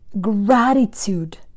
gratitude